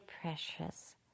precious